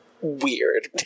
weird